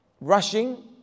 rushing